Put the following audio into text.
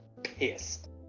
pissed